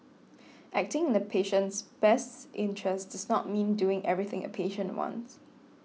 acting in a patient's best interests does not mean doing everything a patient wants